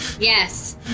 yes